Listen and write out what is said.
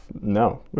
no